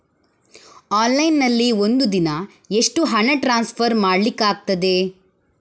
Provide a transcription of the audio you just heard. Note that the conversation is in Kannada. ಆನ್ಲೈನ್ ನಲ್ಲಿ ಒಂದು ದಿನ ಎಷ್ಟು ಹಣ ಟ್ರಾನ್ಸ್ಫರ್ ಮಾಡ್ಲಿಕ್ಕಾಗ್ತದೆ?